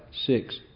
six